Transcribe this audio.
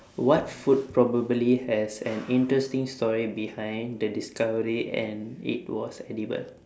what food probably has an interesting story behind the discovery and it was edible